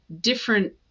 different